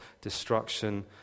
destruction